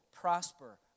prosper